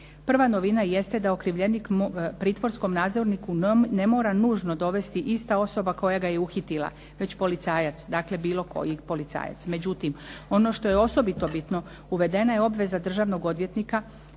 Prva novina jeste da okrivljenika pritvorskom nadzorniku ne mora nužno dovesti ista osoba koja ga je uhitila već policajac, dakle bilo koji policajac. Međutim, ono što je osobito bitno uvedena je obveza državnog odvjetnika